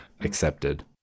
accepted